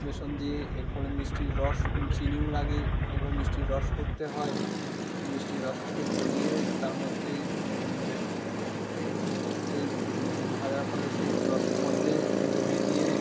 বেসন দিয়ে এরপরে মিষ্টির রস চিনিও লাগে এবার মিষ্টির রস করতে হয় মিষ্টির রসটাকে গলিয়ে তার মধ্যে বেসনটাকে ঢেলে সেই ভাজার ফলে সেই রসের মধ্যে ডুবিয়ে দিয়ে